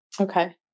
Okay